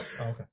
okay